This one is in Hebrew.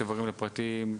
שוברים לפרטיים,